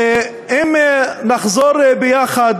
ואם נחזור ביחד,